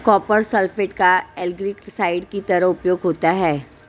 copper sulphate का algicide की तरह उपयोग होता है